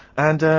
and err,